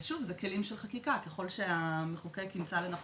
אז שוב, זה כלים של חקיקה וכלל שהחוק ימצא לנכון